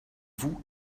vous